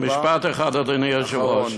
משפט אחד, אדוני היושב-ראש.